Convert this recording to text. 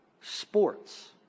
Sports